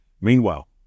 Meanwhile